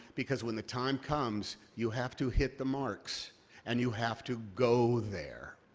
because when the time comes, you have to hit the marks and you have to go there.